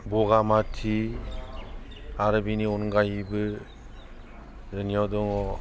बगामाति आरो बिनि अनगायैबो जोंनियाव दङ